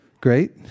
Great